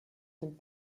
den